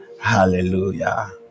hallelujah